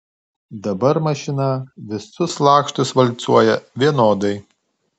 dabar mašina visus lakštus valcuoja vienodai